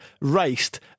raced